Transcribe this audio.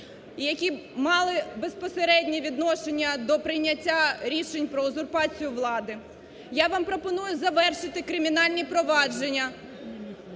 які мали безпосереднє відношення до прийняття рішень про узурпацію влади. Я вам пропоную завершити кримінальні провадження